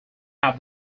have